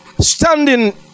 standing